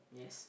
yes